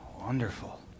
wonderful